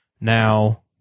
Now